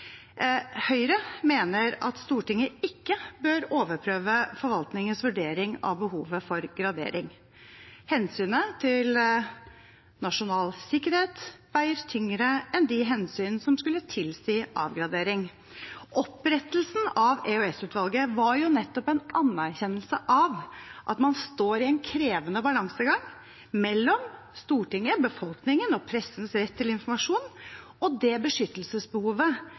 Høyre mener at Stortinget ikke bør overprøve forvaltningens vurdering av behovet for gradering. Hensynet til nasjonal sikkerhet veies tyngre enn de hensyn som skulle tilsi avgradering. Opprettelsen av EOS-utvalget var jo nettopp en anerkjennelse av at man står i en krevende balansegang mellom Stortinget, befolkningen og pressens rett til informasjon, og det beskyttelsesbehovet